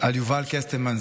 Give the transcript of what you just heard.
על יובל קסטלמן,